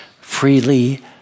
freely